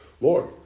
Lord